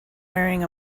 wearing